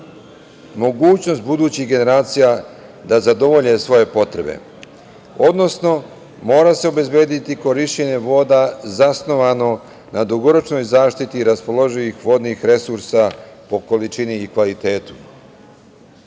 mogućnost budućih generacija da zadovolje svoje potrebe, odnosno mora se obezbediti korišćenje voda zasnovano na dugoročnoj zaštiti raspoloživih vodnih resursa po količini i kvalitetu.S